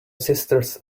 sisters